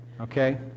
okay